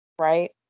right